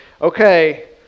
okay